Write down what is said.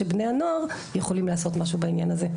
שבני הנוער יכולים לעשות משהו בעניין הזה.